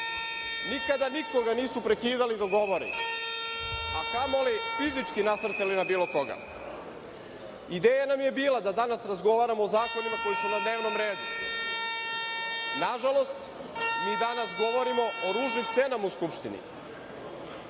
nikada nikoga nisu prekidali dok govori, a kamoli fizički nasrtali na bilo koga. Ideja nam je bila da danas razgovaramo o zakonima koji su na dnevnom redu. Nažalost, mi danas govorimo o ružnim scenama u Skupštini.